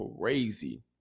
crazy